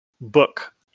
book